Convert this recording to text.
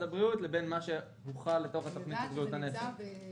הבריאות לבין מה שהוחל אל תוך התוכנית לבריאות הנפש.